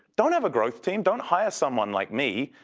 don't have a growth team. don't hire someone like me.